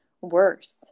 worse